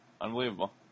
Unbelievable